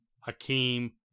Hakeem